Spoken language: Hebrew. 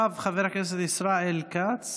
אחריו, חבר הכנסת ישראל כץ,